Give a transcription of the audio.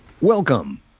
Welcome